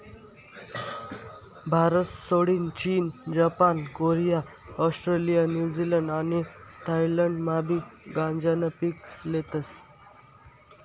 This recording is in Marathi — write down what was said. भारतसोडीन चीन, जपान, कोरिया, ऑस्ट्रेलिया, न्यूझीलंड आणि थायलंडमाबी गांजानं पीक लेतस